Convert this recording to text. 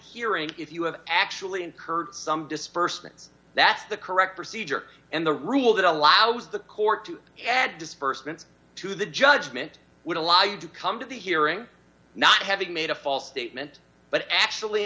hearing if you have actually incurred some dispersants that's the correct procedure and the rule that allows the court to add disbursements to the judgment would allow you to come to the hearing not having made a false statement but actually